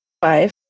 five